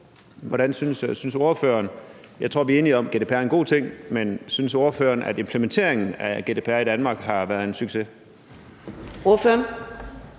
men synes ordføreren, at implementeringen af GDPR i Danmark har været en succes?